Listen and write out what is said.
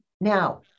Now